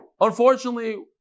unfortunately